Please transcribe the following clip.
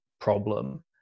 problem